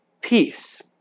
peace